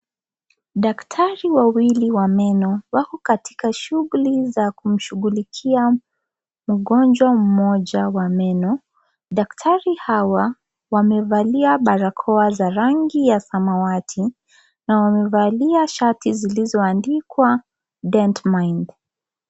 Daktari wawili wa meno wako katika shughuli za kumshughulikia mgonjwa mmoja wa meno. Daktari hawa, wamevalia barakoa za rangi ya samawati na wamevalia shati zilizoandikwa, dent mind .